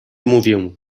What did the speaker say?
mówię